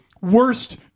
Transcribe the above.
worst